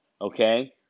Okay